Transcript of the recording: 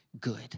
good